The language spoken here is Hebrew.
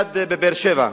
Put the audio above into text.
למסגד בבאר-שבע.